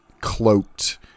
cloaked